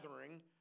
gathering